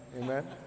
amen